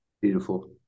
Beautiful